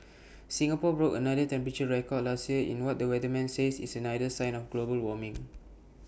Singapore broke another temperature record last year in what the weatherman says is another sign of global warming